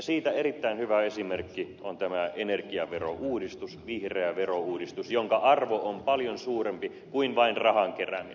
siitä erittäin hyvä esimerkki on tämä energiaverouudistus vihreä verouudistus jonka arvo on paljon suurempi kuin vain rahan kerääminen